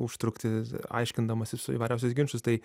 užtrukti aiškindamasis su įvairiausius ginčus tai